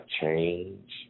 change